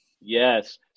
Yes